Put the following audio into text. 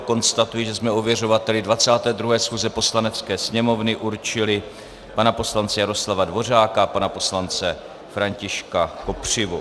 Konstatuji, že jsme ověřovateli 22. schůze Poslanecké sněmovny určili pana poslance Jaroslava Dvořáka a pana poslance Františka Kopřivu.